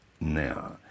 now